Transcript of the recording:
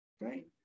right